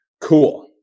cool